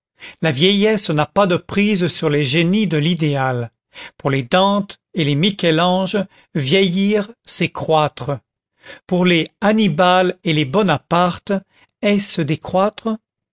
la vieillesse n'a pas de prise sur les génies de l'idéal pour les dantes et les michel anges vieillir c'est croître pour les annibals et les bonapartes est-ce décroître